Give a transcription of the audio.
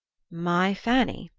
my fanny?